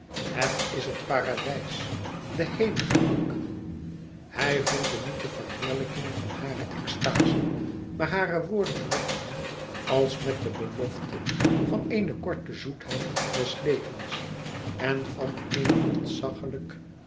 het is het paradijs de hemel frank hij voelde niet de verheerlijking van hare extaze maar hare woorden lokten hem als met de belofte van eene korte zoetheid des levens en van eene